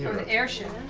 the airship.